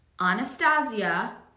Anastasia